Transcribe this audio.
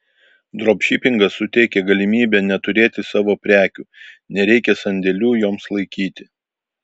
dropšipingas suteikia galimybę neturėti savo prekių nereikia sandėlių joms laikyti